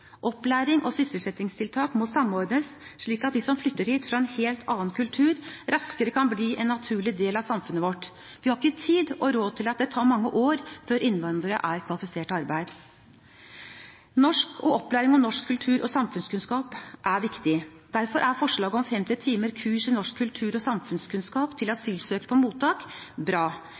Opplæring og sysselsettingstiltak må samordnes, slik at de som flytter hit fra en helt annen kultur, raskere kan bli en naturlig del av samfunnet vårt. Vi har ikke tid og råd til at det tar mange år før innvandrere er kvalifisert til arbeid. Norsk og opplæring i norsk kultur og samfunnskunnskap er viktig. Derfor er forslaget om 50 timer kurs i norsk kultur og samfunnskunnskap til asylsøkere i mottak bra.